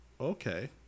okay